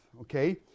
okay